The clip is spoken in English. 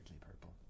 purple